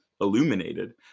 illuminated